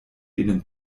denen